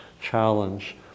challenge